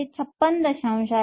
656 आहे